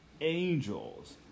angels